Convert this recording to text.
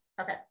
Okay